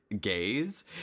gays